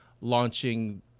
launching